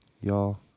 Y'all